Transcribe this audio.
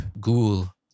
ghoul